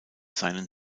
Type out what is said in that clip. seinen